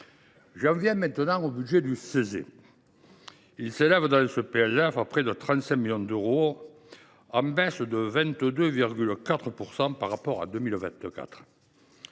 J’en viens maintenant au budget du Cese, qui s’élève à près de 35 millions d’euros, en baisse de 22,4 % par rapport à 2024.